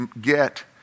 get